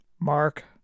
Mark